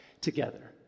together